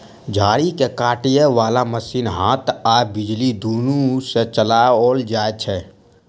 झाड़ी के काटय बाला मशीन हाथ आ बिजली दुनू सँ चलाओल जाइत छै